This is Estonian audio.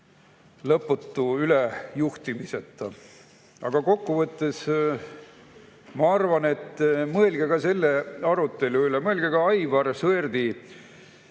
lõputu ülejuhtimiseta. Aga kokkuvõttes ma arvan, et mõelge selle arutelu üle, mõelge ka Aivar Sõerdi